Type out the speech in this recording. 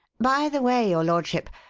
by the way, your lordship,